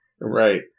Right